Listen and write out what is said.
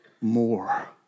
more